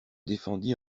défendit